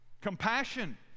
compassion